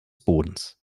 bodens